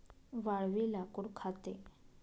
वाळवी लाकूड खाते